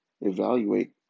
evaluate